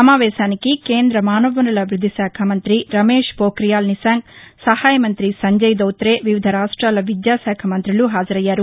సమావేశానికి కేంద్ర మానవ వనరుల అభివృద్ది శాఖమంతి రమేష్ ఫోక్రియాల్ నిశాంక్ సహాయ మంత్రి సంజయ్ దౌత్రే వివిధ రాష్ట్రాల విద్యాకాఖ మంత్రులు హాజరయ్యారు